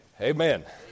amen